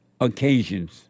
occasions